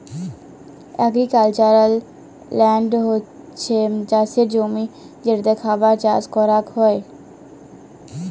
agricultural land হছ্যে চাসের জমি যেটাতে খাবার চাস করাক হ্যয়